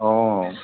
অঁ